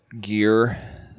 gear